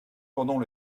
pendant